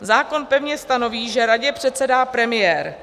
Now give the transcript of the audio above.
Zákon pevně stanoví, že radě předsedá premiér.